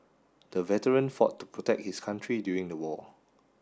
the veteran fought to protect his country during the war